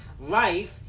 Life